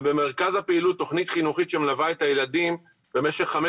ובמרכז הפעילות תוכנית חינוכית שמלווה את הילדים במשך חמש